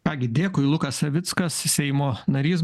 ką gi dėkui lukas savickas seimo narys